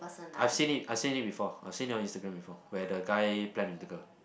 I've seen it I seen it before I seen your Instagram before where the guy plan with the girl